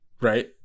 right